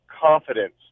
confidence